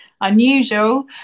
unusual